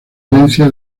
evidencia